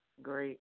great